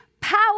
power